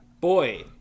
Boy